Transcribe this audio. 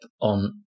on